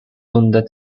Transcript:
wounded